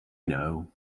know